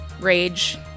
rage